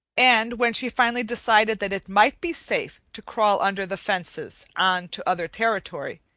and when she finally decided that it might be safe to crawl under the fences on to other territory,